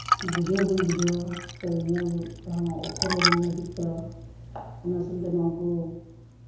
ᱵᱩᱡᱷᱟᱹᱣ ᱵᱟᱹᱧ ᱵᱩᱡᱷᱟᱹᱣᱟ ᱥᱮ ᱧᱮᱞ ᱚᱠᱠᱷᱚᱨ ᱦᱚᱸ ᱵᱟᱹᱧ ᱧᱮᱞ ᱴᱷᱤᱠ ᱠᱟᱫᱟ ᱚᱱᱟ ᱥᱟᱶᱛᱮ ᱱᱚᱣᱟ ᱠᱚ